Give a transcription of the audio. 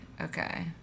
Okay